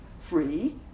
free